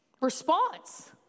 response